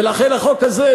ולכן החוק הזה,